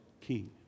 king